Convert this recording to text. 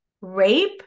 rape